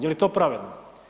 Je li to pravedno?